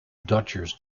dodgers